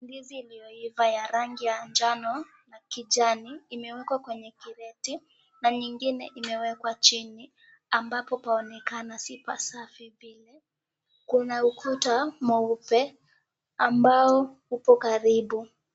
Ndizi iliyoiva ya rangi ya njano na kijani, imewekwa kwenye kreti na nyingine imewekwa chini, ambapo paonekana si pasafi vile. Kuna ukuta mweupe ambao upo karibu.